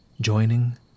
joining